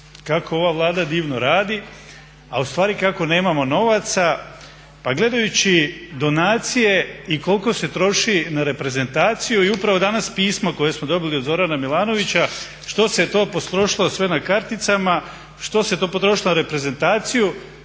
kako ova Vlada divno radi a ustvari kako nemamo novaca, pa gledajući donacije i koliko se troši na reprezentaciju i upravo danas pismo koje smo dobili od Zorana Milanovića što se je to potrošilo sve na karticama, što se je to potrošilo na reprezentaciju